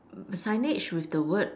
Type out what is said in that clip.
signage with the word